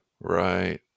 Right